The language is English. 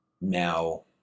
Now